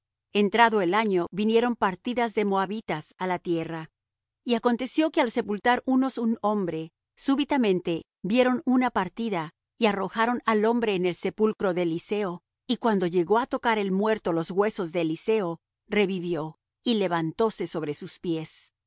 entrado el año vinieron partidas de moabitas á la tierra y aconteció que al sepultar unos un hombre súbitamente vieron una partida y arrojaron al hombre en el sepulcro de eliseo y cuando llegó á tocar el muerto los huesos de eliseo revivió y levantóse sobre sus pies